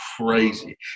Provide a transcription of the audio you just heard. crazy